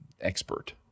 expert